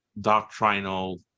doctrinal